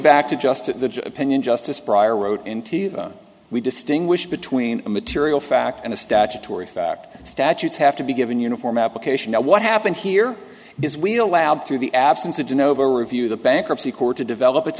back to just the opinion justice prior wrote in to we distinguish between a material fact and a statutory fact statutes have to be given uniform application what happened here is we allowed through the absence of genova review the bankruptcy court to develop its